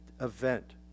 event